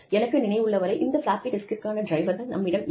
எனக்கு நினைவுள்ளவரை இந்த பிளாப்பி டிஸ்க்கிற்கான டிரைவர்கள் நம்மிடம் இல்லை